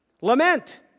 Lament